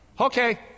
Okay